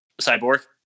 Cyborg